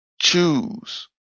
choose